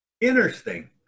Interesting